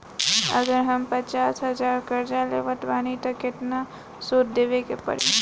अगर हम पचास हज़ार कर्जा लेवत बानी त केतना सूद देवे के पड़ी?